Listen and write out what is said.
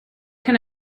can